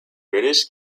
british